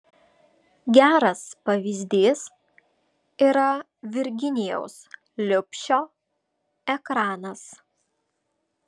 geras pavyzdys yra virginijaus liubšio ekranas